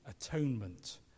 atonement